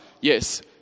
yes